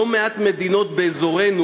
לא מעט מדינות באזורנו,